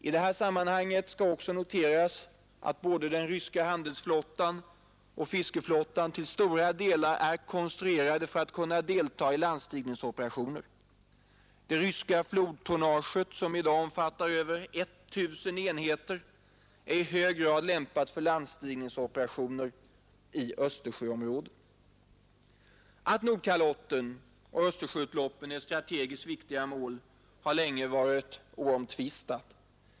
I det sammanhanget skall också noteras att både den ryska handelsflottan och fiskeflottan till stora delar är konstruerade för att kunna deltaga i landstigningsoperationer. Det ryska flodtonnaget — som i dag omfattar över 1 000 enheter — är i hög grad lämpat för landstigningsoperationer i Östersjöområdet. Att Nordkalotten och Östersjöutloppen är strategiskt viktiga mål har länge varit oomtvistat.